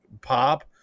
pop